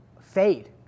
fade